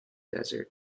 desert